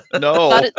No